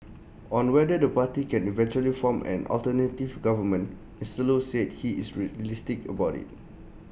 on whether the party can eventually form an alternative government Mister low said he is realistic about IT